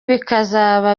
bikazaba